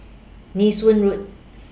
Nee Soon Road